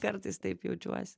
kartais taip jaučiuosi